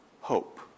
hope